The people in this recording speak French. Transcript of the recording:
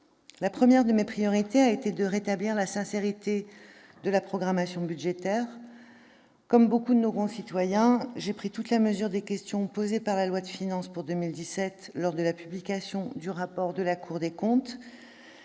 La première de mes priorités a été de rétablir la sincérité de la programmation budgétaire. Comme nombre de nos concitoyens, j'ai pris toute la mesure des questions soulevées par la loi de finances pour 2017 lors de la publication du rapport de la Cour des comptes.